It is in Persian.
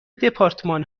دپارتمان